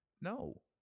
No